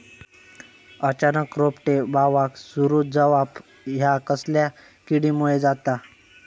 अचानक रोपटे बावाक सुरू जवाप हया कसल्या किडीमुळे जाता?